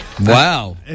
Wow